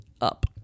up